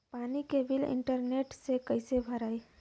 पानी के bill internet से कइसे भराई?